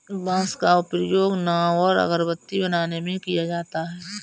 बांस का प्रयोग घर, नाव और अगरबत्ती बनाने में किया जाता है